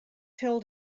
held